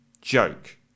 joke